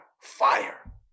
fire